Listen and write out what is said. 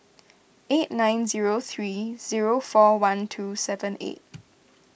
eight nine zero three zero four one two seven eight